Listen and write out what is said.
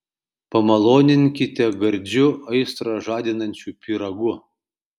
pamaloninkite gardžiu aistrą žadinančiu pyragu